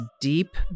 deep